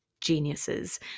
geniuses